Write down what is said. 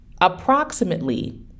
approximately